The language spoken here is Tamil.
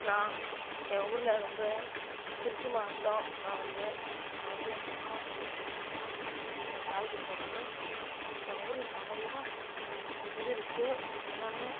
நான் என் ஊர்ல ரொம்ப திருச்சி மாவட்டம் நான் வந்து நான் இருக்க என் மாவட்டம் வந்து திருச்சி மாவட்டம் லால்குடி வட்டம் எங்கள் ஊர்ல நிறையா இது இருக்குது என்னன்னா